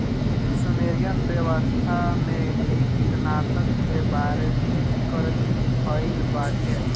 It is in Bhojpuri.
सुमेरियन सभ्यता में भी कीटनाशकन के बारे में ज़िकर भइल बाटे